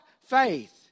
faith